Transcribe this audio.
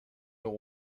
new